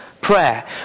prayer